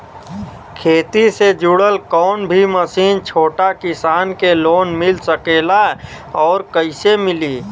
खेती से जुड़ल कौन भी मशीन छोटा किसान के लोन मिल सकेला और कइसे मिली?